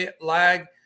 lag